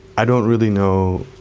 i don't really know.